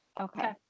Okay